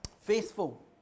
Faithful